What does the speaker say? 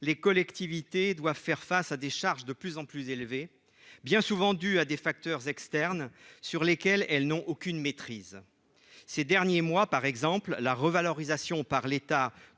les collectivités doivent faire face à des charges de plus en plus élevées, bien souvent dues à des facteurs externes sur lesquelles elles n'ont aucune maîtrise. Ces derniers mois, par exemple, la revalorisation par l'État